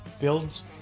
Builds